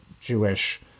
jewish